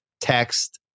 text